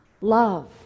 love